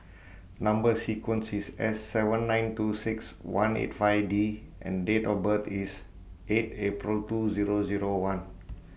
Number sequence IS S seven nine two six one eight five D and Date of birth IS eight April two Zero Zero one